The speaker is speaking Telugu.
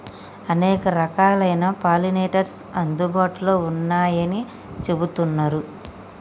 అనేక రకాలైన పాలినేటర్స్ అందుబాటులో ఉన్నయ్యని చెబుతున్నరు